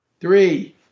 Three